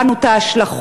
הבנו את ההשלכות,